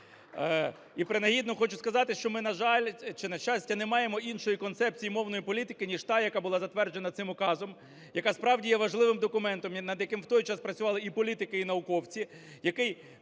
І принагідно хочу сказати, що ми, на жаль, чи на щастя, не маємо іншої концепції мовної політики, ніж та, яка була затверджена цим указом, яка справді є важливим документом і над яким в той час працювали і політики, і науковці, який,